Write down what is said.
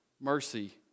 mercy